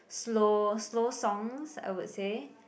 slow slow songs I would say